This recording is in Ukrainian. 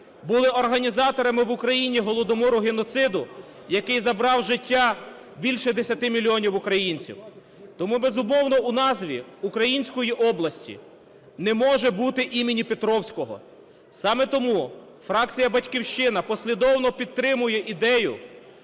були організаторами в Україні Голодомору-геноциду, який забрав життя більше 10 мільйонів українців. Тому, безумовно, у назві української області не може бути імені Петровського. Саме тому фракція "Батьківщина" послідовно підтримує ідею,